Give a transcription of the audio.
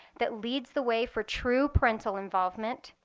that leads the way for true parental involvement,